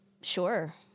sure